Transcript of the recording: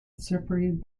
separated